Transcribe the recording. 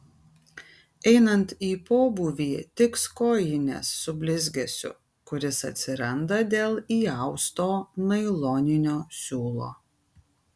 einant į pobūvį tiks kojinės su blizgesiu kuris atsiranda dėl įausto nailoninio siūlo